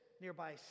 nearby